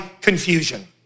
confusion